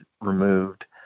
removed